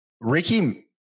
Ricky